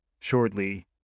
shortly